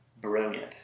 brilliant